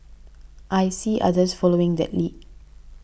I see others following that lead